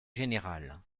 générale